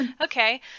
okay